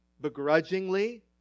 begrudgingly